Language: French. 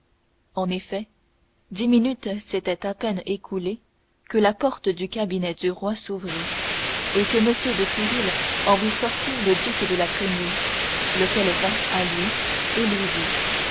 en effet dix minutes s'étaient à peine écoulées que la porte du cabinet s'ouvrit et que m de tréville en vit sortir le duc de la trémouille lequel vint à lui et lui dit